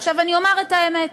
עכשיו, אני אומר את האמת: